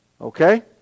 Okay